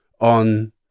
on